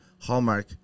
Hallmark